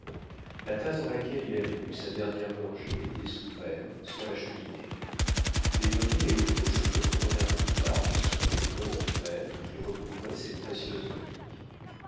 la tasse dans laquelle il avait bu sa dernière gorgée était sous verre sur la cheminée les bonnets et les faux cheveux trônèrent plus tard sur les globes de verre qui recouvraient ces précieuses reliques